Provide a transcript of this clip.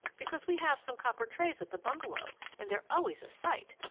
because we have some copper trays at the bungalow and they're always a sight!